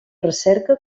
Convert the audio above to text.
recerca